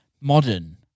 modern